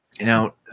Now